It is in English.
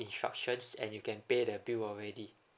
instructions and you can pay the bill already